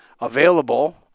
available